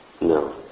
No